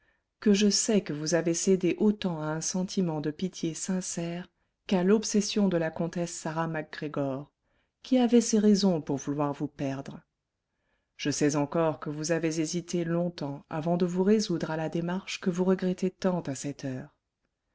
que je sais que vous avez cédé autant à un sentiment de pitié sincère qu'à l'obsession de la comtesse sarah mac gregor qui avait ses raisons pour vouloir vous perdre je sais encore que vous avez hésité longtemps avant de vous résoudre à la démarche que vous regrettez tant à cette heure